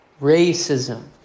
racism